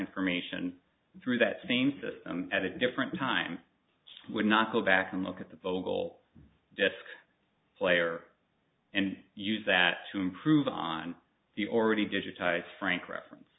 information through that same system at a different time would not go back and look at the vocal disk player and use that to improve on the already digitized frank reference